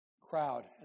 crowd